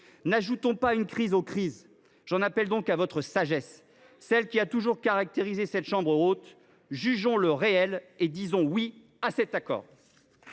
N’ajoutons pas une crise aux crises ! J’en appelle à la sagesse qui a toujours caractérisé la chambre haute. Jugeons le réel, et disons « oui » à cet accord